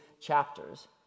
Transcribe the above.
chapters